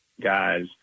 guys